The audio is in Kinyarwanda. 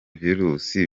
virusi